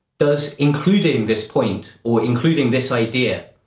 does including this point, or including this idea,